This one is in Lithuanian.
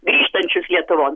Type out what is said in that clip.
grįžtančius lietuvon